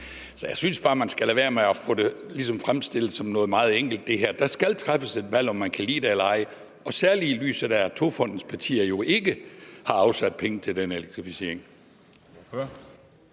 Så jeg synes bare, man skal lade være med at fremstillet det her, som om det er noget meget enkelt. Der skal træffes et valg, om man kan lide det eller ej, og særlig set i lyset af at Togfonden DK's partier ikke har afsat penge til den elektrificering.